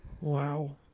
Wow